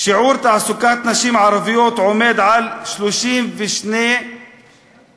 שיעור תעסוקת נשים ערביות הוא 32%,